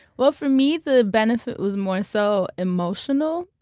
well, for me, the benefit was more so emotional,